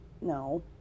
no